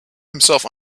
himself